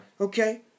Okay